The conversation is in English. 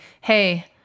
hey